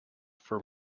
for